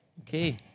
Okay